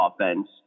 offense